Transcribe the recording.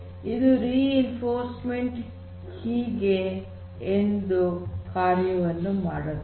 ಇದು reinforcement learning ಹೀಗೆ ಅಂದು ಕಾರ್ಯವನ್ನು ನಿರ್ವಹಿಸುತ್ತದೆ